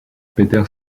peter